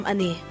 Ani